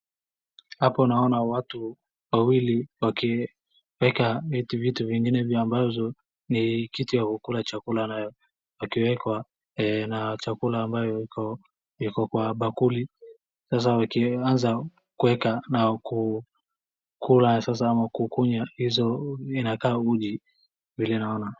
Hapo naona watu wawili wakiweka vitu vingine ambavyo ni kitu ya kukula chakula nayo, wakiweka na chakula ambayo iko kwa bakuli. Sasa wakianza kuweka na kukula sasa ama kukunywa hizo inakaa uji vile naona.